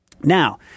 Now